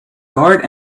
guard